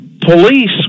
police